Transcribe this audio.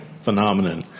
phenomenon